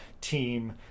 team